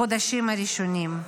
החודשים הראשונים,